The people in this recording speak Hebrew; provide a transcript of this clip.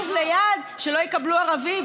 אבל ביישוב ליד שלא יקבלו ערבי,